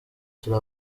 turi